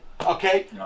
Okay